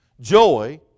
Joy